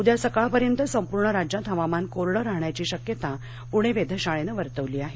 उद्या सकाळपर्यंत संपूर्ण राज्यात हवामान कोरडं राहण्याची शक्यता पणे वेधशाळेनं वर्तवली आहे